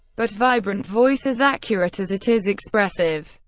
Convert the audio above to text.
but vibrant voice as accurate as it is expressive.